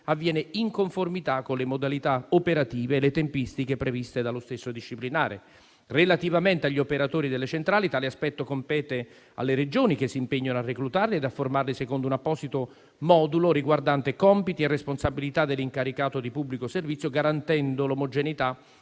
avviene in conformità con le modalità operative e le tempistiche previste dallo stesso disciplinare. Relativamente agli operatori delle centrali, tale aspetto compete alle Regioni che si impegnano a reclutarli e a formarli secondo un apposito modulo riguardante compiti e responsabilità dell'incaricato di pubblico servizio, garantendo l'omogeneità